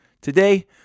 Today